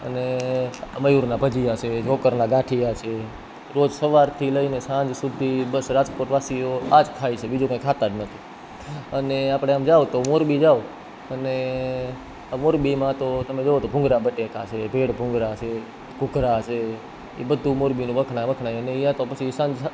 અને મયુરના ભજીયા છે ગોકરણ ગાંઠિયા છે રોજ સવારથી લઈને સાંજ સુધી બસ રાજકોટ વાસીઓ આજ ખાય છે બીજું કંઈ ખાતા જ નથી અને આપણે આમ જાવ તો મોરબી જાવ અને આ મોરબીમાં તો તમે જુઓ તો ભૂંગળા બટાકા છે ભેળ ભૂંગળા છે ઘૂઘરા છે એ બધું મોરબીનું વખણાય વખણાય અને ત્યાં તો પછી સાંજ